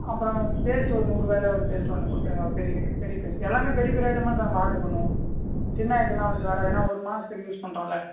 அப்பபுறம் paste ஒரு நூறுபாய்ல ஒரு பேஸ்ட்டு ஒன்று கொடுத்துருங்க ஒரு பெரிய பே பெரிய பேஸ்ட்டு எல்லாமே பெரிய பெரிய ஐட்டமாக தான் நம்ம ஆர்டர் பண்ணுவோம் சின்ன ஐட்டம்லாம் வந்துவிட்டு வராது ஏன்னா ஒரு மாதத்துக்கு யூஸ் பண்ணுறோம்ல